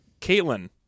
Caitlin